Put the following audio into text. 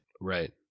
Right